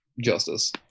justice